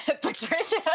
Patricia